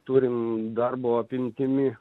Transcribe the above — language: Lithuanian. turime darbo apimtimi